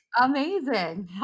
Amazing